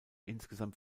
insgesamt